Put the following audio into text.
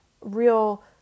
real